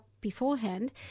beforehand